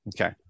Okay